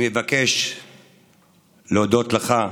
אני מבקש להודות לך,